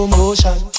motion